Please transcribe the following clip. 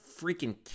freaking